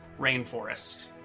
rainforest